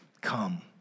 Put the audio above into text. Come